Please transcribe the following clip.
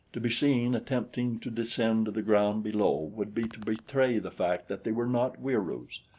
to be seen attempting to descend to the ground below would be to betray the fact that they were not wieroos.